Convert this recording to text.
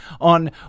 on